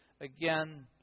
again